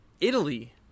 Italy